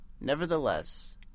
Nevertheless